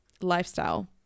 lifestyle